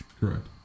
correct